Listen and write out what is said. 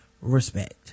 respect